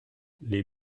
les